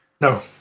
no